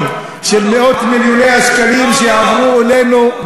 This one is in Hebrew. של מאות מיליוני השקלים שעברו אלינו,